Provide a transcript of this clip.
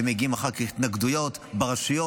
ומגיעות אחר כך התנגדויות ברשויות.